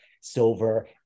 silver